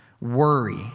worry